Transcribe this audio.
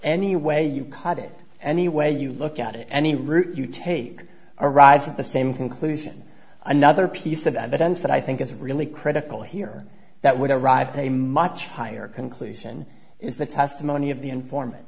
any way you cut it any way you look at it any route you take arrives at the same conclusion another piece of evidence that i think is really critical here that would arrive to a much higher conclusion is the testimony of the informant